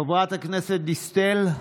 חברת הכנסת דיסטל,